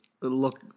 look